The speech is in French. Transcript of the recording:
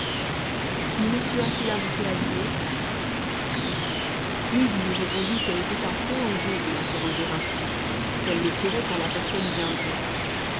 qui monsieur a-t-il invité à dîner hugues lui répondit qu'elle était un peu osée de l'interroger ainsi qu'elle le saurait quand la personne viendrait